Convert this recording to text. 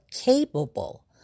capable